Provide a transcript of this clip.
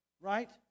right